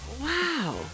Wow